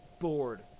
bored